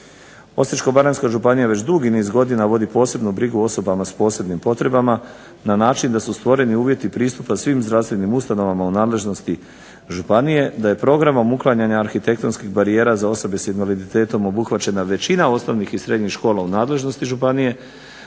Osječko-baranjska županija već dugi niz godina vodi posebnu brigu o osobama s posebnim potrebama na način da su stvoreni uvjeti pristupa svim zdravstvenim ustanovama u nadležnosti županije, da je programom uklanjanja arhitektonskih barijera za osobe s invaliditetom obuhvaćena većina osnovnih i srednjih škola u nadležnosti županije,